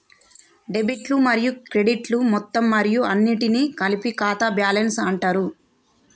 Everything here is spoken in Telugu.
డెబిట్లు మరియు క్రెడిట్లు మొత్తం మరియు అన్నింటినీ కలిపి ఖాతా బ్యాలెన్స్ అంటరు